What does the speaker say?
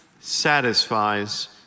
satisfies